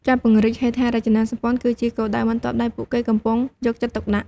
ការពង្រីកហេដ្ឋារចនាសម្ព័ន្ធគឺជាគោលដៅបន្ទាប់ដែលពួកគេកំពុងយកចិត្តទុកដាក់។